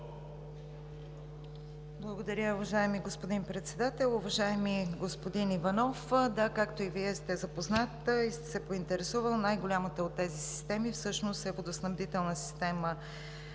Благодаря, уважаеми господин Председател. Уважаеми господин Иванов, да, както и Вие сте запознат и сте се поинтересувал, най-голямата от тези системи, всъщност е водоснабдителна система